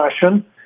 passion